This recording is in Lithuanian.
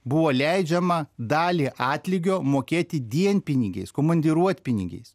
buvo leidžiama dalį atlygio mokėti dienpinigiais komandiruotpinigiais